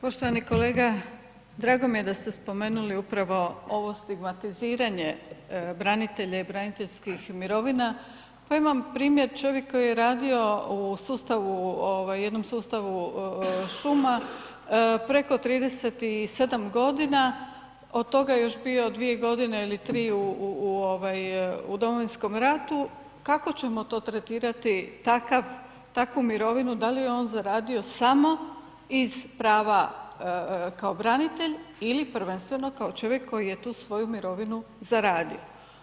Poštovani kolega, drago mi je da ste spomenuli upravo ovo stigmatiziranje branitelja i braniteljskih mirovina, pa imam primjer čovjek koji je radio u sustavu, jednom sustavu šuma preko 37.g., od toga je bio još 2.g. ili 3 u domovinskom ratu, kako ćemo to tretirati takav, takvu mirovinu, da li je on zaradio samo iz prava kao branitelj ili prvenstveno kao čovjek koji je tu svoju mirovinu zaradio.